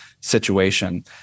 situation